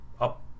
up